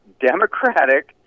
Democratic